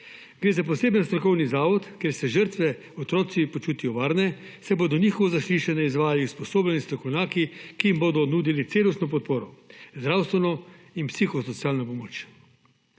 Gre za poseben strokovni zavod, kjer se žrtve, otroci počutijo varne, saj bodo njihovo zaslišanje izvajali usposobljeni strokovnjaki, ki jim bodo nudili celostno podporo, zdravstveno in psihosocialno pomoč.